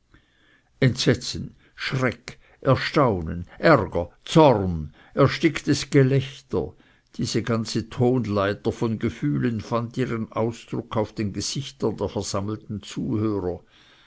entsetzen schreck erstaunen ärger zorn ersticktes gelächter diese ganze tonleiter von gefühlen fand ihren ausdruck auf den gesichtern der versammelten zuhörer